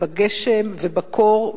בגשם ובקור,